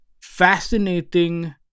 fascinating